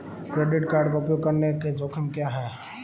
Credit card का उपयोग करने के जोखिम क्या हैं?